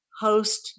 host